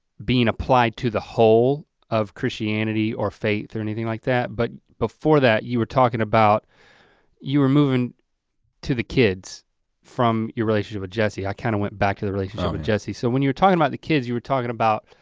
being applied to the whole of christianity or faith or anything like that. but before that, you were talking about you were moving to the kids from your relationship with jesse. i kind of went back to the relationship with jesse. so when you were talking about the kids, you were talking about